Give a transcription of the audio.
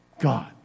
God